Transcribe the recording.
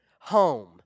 home